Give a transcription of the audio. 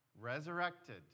resurrected